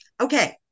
Okay